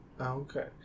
Okay